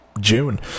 June